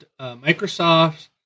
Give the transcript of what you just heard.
Microsoft